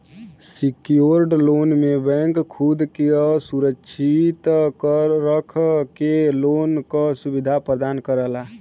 secured loan में bank खुद क सुरक्षित रख के लोन क सुविधा प्रदान करला